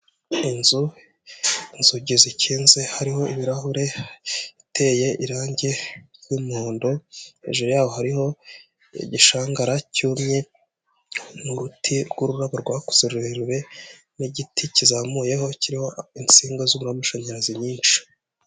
Inzu inzugi zikinze hariho ibirahure iteye irange ry'umuhondo hejuru yaho hariho igishangara cyumye n'uruti rw'ururabo rwakuze rurerure n'igiti kizamuyeho kiriho insinga z'umuriro w'amashanyarazi nyinshi.